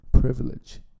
Privilege